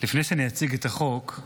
לפני שאציג את החוק,